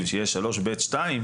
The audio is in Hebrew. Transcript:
יכול להיות שגם על זה היית מתנגדת.